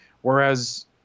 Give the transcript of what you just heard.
Whereas